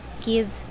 give